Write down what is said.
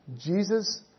Jesus